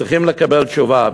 צריכים לקבל תשובה.